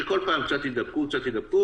כך שכל פעם קצת יידבקו ועוד קצת יידבקו